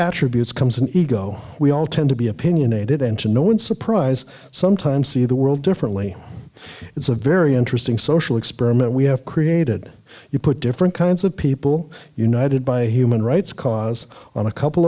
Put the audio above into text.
attributes comes an ego we all tend to be opinionated and to no one's surprise sometimes see the world differently it's a very interesting social experiment we have created you put different kinds of people united by human rights cause on a couple